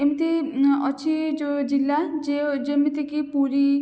ଏମିତି ଅଛି ଯେଉଁ ଜିଲ୍ଲା ଯିଏ ଯେମିତିକି ପୁରୀ